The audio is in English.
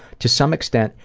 to some extent,